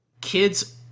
kids